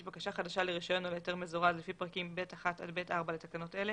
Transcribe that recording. בקשה חדשה לרישיון או להיתר מזורז לפי פרקים ב'1 עד ב'4 לתקנות אלה